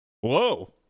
Whoa